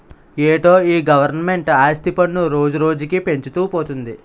ఏటో ఈ గవరమెంటు ఆస్తి పన్ను రోజురోజుకీ పెంచుతూ పోతంది